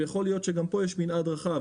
יכול להיות שגם פה יש מנעד רחב.